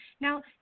now